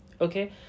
Okay